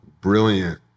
brilliant